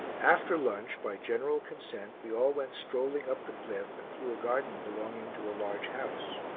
after lunch by general consent we all went strolling up the cliff and through a garden belonging to a large house.